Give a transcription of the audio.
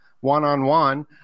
one-on-one